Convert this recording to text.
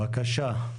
בבקשה.